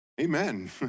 Amen